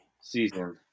season